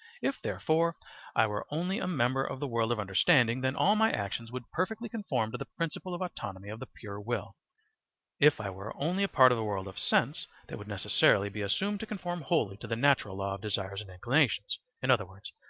if therefore i were only a member of the world of understanding, then all my actions would perfectly conform to the principle of autonomy of the pure will if i were only a part of the world of sense, they would necessarily be assumed to conform wholly to the natural law of desires and inclinations, in other words,